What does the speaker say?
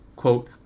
quote